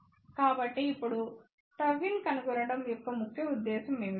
కాబట్టి ఇప్పుడుΓin కనుగొనడం యొక్క ఉద్దేశ్యం ఏమిటి